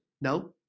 No